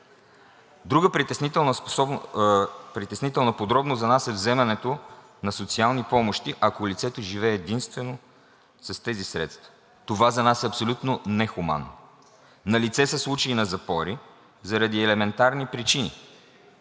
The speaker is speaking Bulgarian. Друга притеснителна подробност за нас е вземането на социални помощи, ако лицето живее единствено с тези средства. Това за нас е абсолютно нехуманно. Налице са случаи на запори заради елементарни причини